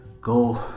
go